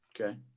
Okay